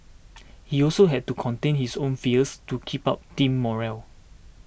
he also had to contain his own fears to keep up team morale